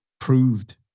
proved